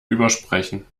übersprechen